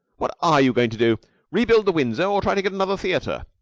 what are you going to do rebuild the windsor or try and get another theater?